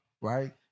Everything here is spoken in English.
right